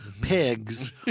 pigs